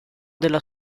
della